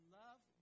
love